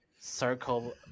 circle